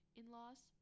in-laws